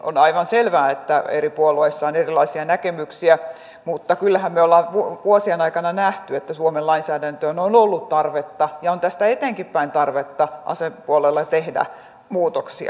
on aivan selvää että eri puolueissa on erilaisia näkemyksiä mutta kyllähän me olemme vuosien aikana nähneet että suomen lainsäädäntöön on ollut tarvetta ja on tästä eteenpäinkin tarvetta tehdä muutoksia asepuolella